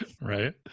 Right